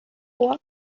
vor